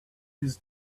his